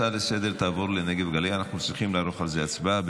לסדר-היום תעבור לנגב-גליל אנחנו צריכים לערוך על זה הצבעה.